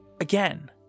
Again